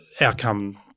outcome